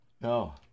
no